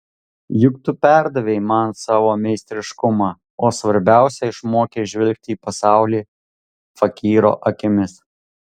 juk tu perdavei man savo meistriškumą o svarbiausia išmokei žvelgti į pasaulį fakyro akimis